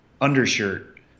undershirt